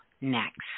next